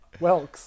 Welks